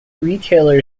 retail